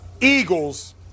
Eagles